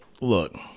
look